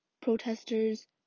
protesters